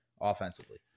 offensively